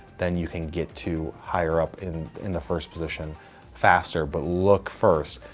then you can get to higher up in in the first position faster. but look first,